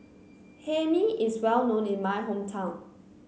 Hae Mee is well known in my hometown